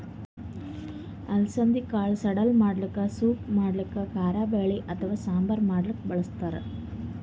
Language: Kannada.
ಅಲಸಂದಿ ಕಾಳ್ ಸಲಾಡ್ ಮಾಡಕ್ಕ ಸೂಪ್ ಮಾಡಕ್ಕ್ ಕಾರಬ್ಯಾಳಿ ಅಥವಾ ಸಾಂಬಾರ್ ಮಾಡಕ್ಕ್ ಬಳಸ್ತಾರ್